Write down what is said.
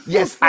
Yes